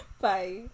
Bye